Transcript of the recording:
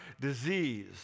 disease